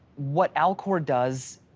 what alcor does,